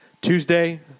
Tuesday